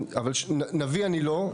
נביא אני לא,